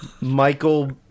Michael